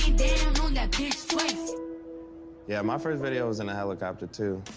down on that bitch twice yeah, my first video was in a helicopter too.